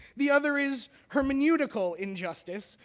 the other is hermeneutical injustice,